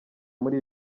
muri